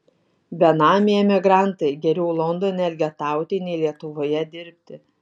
benamiai emigrantai geriau londone elgetauti nei lietuvoje dirbti